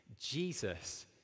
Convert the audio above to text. Jesus